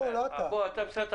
אתה משרד התחבורה,